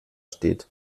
steht